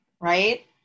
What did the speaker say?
Right